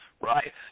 right